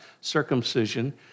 circumcision